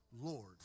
Lord